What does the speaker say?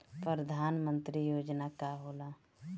परधान मंतरी योजना का होला?